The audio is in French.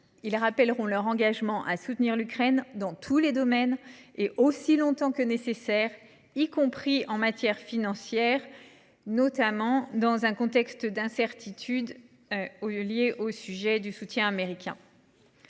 à Grenade, leur engagement à soutenir l’Ukraine dans tous les domaines et aussi longtemps que nécessaire, y compris en matière financière, dans un contexte d’incertitudes au sujet de l’aide américaine.